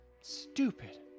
Stupid